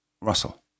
Russell